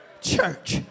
church